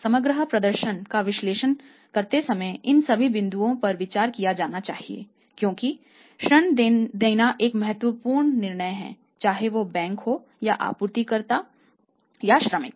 इसलिए समग्र प्रदर्शन का विश्लेषण करते समय इन सभी बिंदुओं पर विचार किया जाना चाहिए क्योंकि ऋण देना एक बहुत महत्वपूर्ण निर्णय है चाहे वह बैंक हो या आपूर्तिकर्ता या श्रमिक